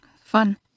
Fun